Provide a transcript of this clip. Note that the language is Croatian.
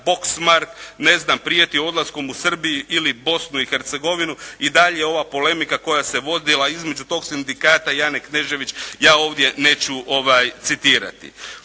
"Boxmark", ne znam prijeti odlaskom u Srbiju ili Bosnu i Hercegovinu i dalje ova polemika koja se vodila između tog sindikata Jane Knežević, ja ovdje neću citirati.